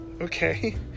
okay